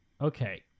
Okay